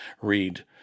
Read